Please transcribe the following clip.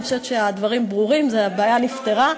אני חושבת שהדברים ברורים, הבעיה נפתרה.